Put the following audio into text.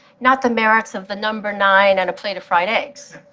not the merits of the number nine and a plate of fried eggs.